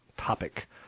topic